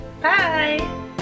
Bye